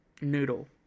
Noodle